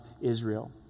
Israel